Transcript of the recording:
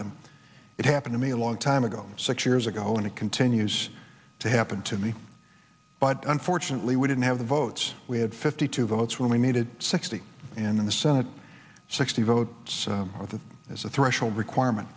them it happened to me a long time ago six years ago and it continues to happen to me but unfortunately we didn't have the votes we had fifty two votes when we needed sixty and in the senate sixty vote of the as a threshold requirement